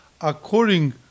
according